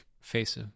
face